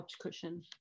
cushion